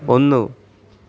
ഒന്നു